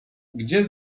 gdzie